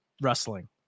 wrestling